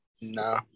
No